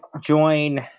join